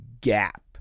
gap